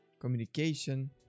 communication